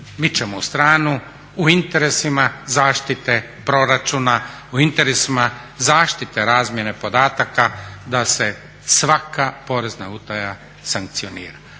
mičemo u stranu u interesima zaštite proračuna, u interesima zaštite razmjene podataka da se svaka porezna utaja sankcionira.